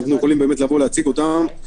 אנחנו יכולים לבוא ולהציג אותם.